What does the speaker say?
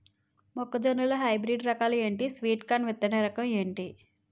మొక్క జొన్న లో హైబ్రిడ్ రకాలు ఎంటి? స్వీట్ కార్న్ విత్తన రకం ఏంటి?